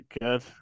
Good